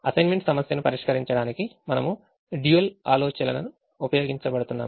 assignment సమస్యను పరిష్కరించడానికి మనము డ్యూయల్ ఆలోచనలను ఉపయోగించబడుతున్నమా